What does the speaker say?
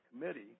committee